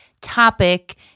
topic